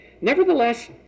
Nevertheless